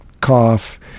cough